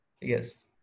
Yes